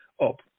up